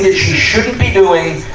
ah shouldn't be doing,